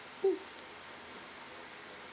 mm